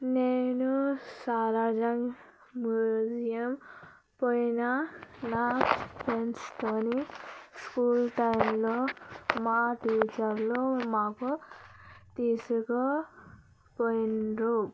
నేను సాలార్జంగ్ మ్యూజియం పోయినా నా ఫ్రెండ్స్ తోని స్కూల్ టైంలో మా టీచర్లు మాకు తీసుకుపోయిండ్రు